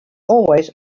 always